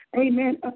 amen